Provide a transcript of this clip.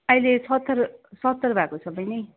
अहिले सत्तरी सत्तरी भएको छ बैनी